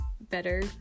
better